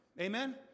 Amen